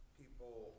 people